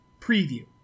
preview